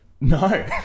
No